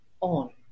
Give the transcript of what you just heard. on